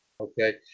Okay